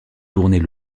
tournait